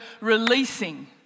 releasing